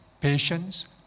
patience